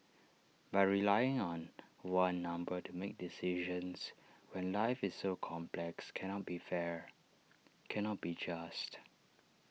but relying on one number to make decisions when life is so complex cannot be fair cannot be just